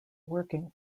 working